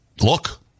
Look